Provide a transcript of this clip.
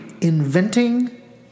inventing